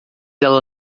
ela